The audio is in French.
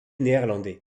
néerlandais